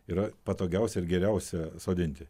yra patogiausia ir geriausia sodinti